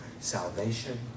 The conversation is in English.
Salvation